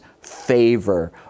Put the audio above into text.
favor